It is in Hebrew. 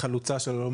היא חלוצה של הלאום.